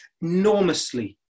enormously